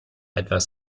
etwas